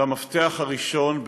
המפתח הראשון,